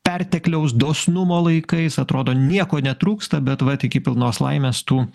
pertekliaus dosnumo laikais atrodo nieko netrūksta bet vat iki pilnos laimės tų